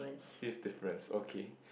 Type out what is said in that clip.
fifth difference okay